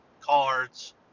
cards